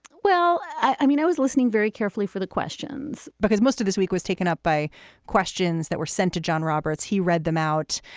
well, i mean, i was listening very carefully for the questions because most of this week was taken up by questions that were sent to john roberts. he read them out.